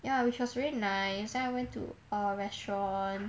ya which was very nice then I went to a restaurant